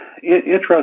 Interesting